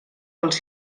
pels